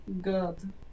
God